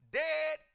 dead